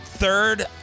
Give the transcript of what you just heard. third